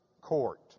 court